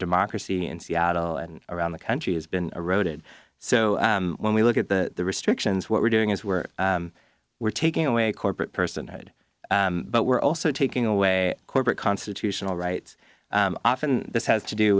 democracy in seattle and around the country has been eroded so when we look at the restrictions what we're doing is we're we're taking away corporate personhood but we're also taking away corporate constitutional rights often this has to do